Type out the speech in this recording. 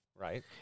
Right